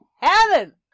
heaven